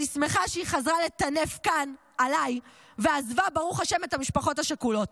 אני שמחה שהיא חזרה לטנף עליי כאן ועזבה את המשפחות השכולות,